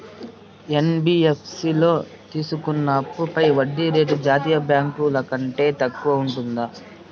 NBFC లో తీసుకున్న అప్పుపై వడ్డీ రేటు జాతీయ బ్యాంకు ల కంటే తక్కువ ఉంటుందా?